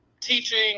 Teaching